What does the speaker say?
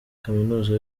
kaminuza